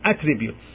attributes